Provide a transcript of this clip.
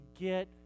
get